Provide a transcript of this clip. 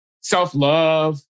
self-love